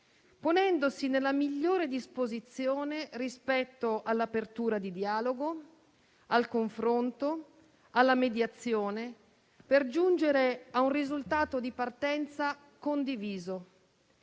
ponendosi nella migliore disposizione rispetto all'apertura di dialogo, al confronto e alla mediazione, per giungere a un risultato di partenza condiviso.